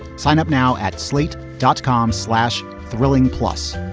sign up now at slate dot com slash. thrilling plus,